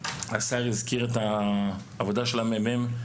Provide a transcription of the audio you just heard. השר הזכיר את העבודה של הממ"מ,